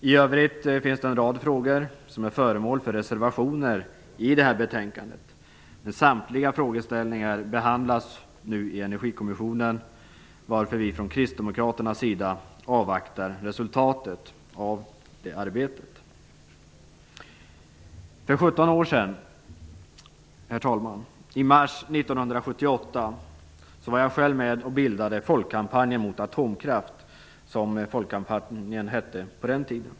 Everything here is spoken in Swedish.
I övrigt finns det en rad frågor som är föremål för reservationer i det här betänkandet. Samtliga frågeställningar behandlas nu i kommissionen, varför vi kristdemokrater avvaktar resultatet av det arbetet. För 17 år sedan, herr talman - i mars 1978 - var jag själv med och bildade Folkkampanjen mot atomkraft, som organisationen då hette.